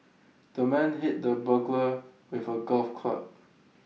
the man hit the burglar with A golf club